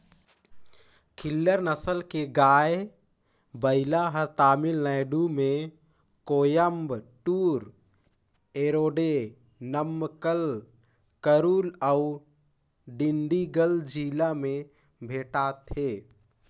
खिल्लार नसल के गाय, बइला हर तमिलनाडु में कोयम्बटूर, इरोडे, नमक्कल, करूल अउ डिंडिगल जिला में भेंटाथे